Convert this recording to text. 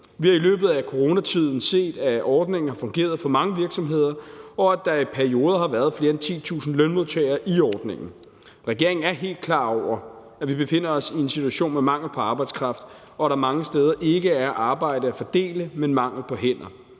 Vi har i løbet af coronatiden set, at ordningen har fungeret for mange virksomheder, og at der i perioder har været flere end 10.000 lønmodtagere i ordningen. Regeringen er helt klar over, at vi befinder os i en situation med mangel på arbejdskraft, og at der mange steder ikke er arbejde at fordele, men mangel på hænder.